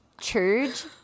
church